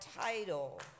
title